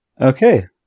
Okay